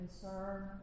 concern